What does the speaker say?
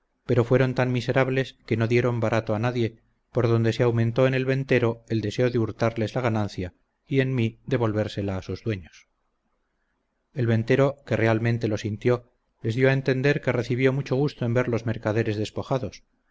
pero fueron tan miserables que no dieron barato a nadie por donde se aumentó en el ventero el deseo de hurtarles la ganancia y en mí de volvérsela a sus dueños el ventero que realmente lo sintió les dio a entender que recibió mucho gusto en ver los mercaderes despojados